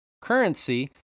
currency